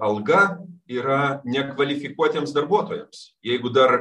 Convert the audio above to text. alga yra nekvalifikuotiems darbuotojams jeigu dar